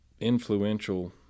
influential